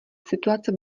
situace